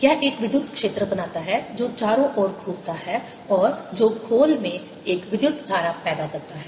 यह एक विद्युत क्षेत्र बनाता है जो चारों ओर घूमता है और जो खोल में एक विद्युत धारा पैदा करता है